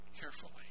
carefully